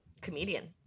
comedian